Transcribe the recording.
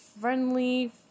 friendly